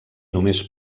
només